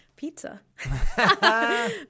Pizza